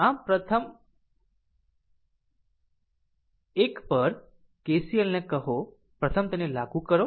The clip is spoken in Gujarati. આમ પ્રથમ ન apply 1 પર KCLને કહો પ્રથમ તેને લાગુ કરો